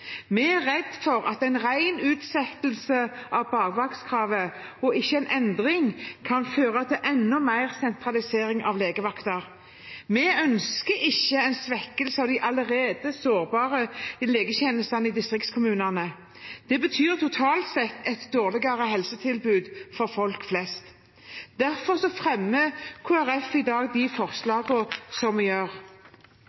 Vi er redd for at en ren utsettelse av bakvaktskravet og ikke en endring kan føre til enda mer sentralisering av legevakter. Vi ønsker ikke en svekkelse av de allerede sårbare legetjenestene i distriktskommunene. Det betyr totalt sett et dårligere helsetilbud for folk flest. Derfor